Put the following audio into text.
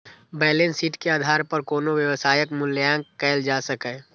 balance sheet के आधार पर कोनो व्यवसायक मूल्यांकन कैल जा सकैए